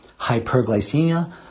hyperglycemia